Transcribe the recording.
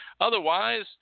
Otherwise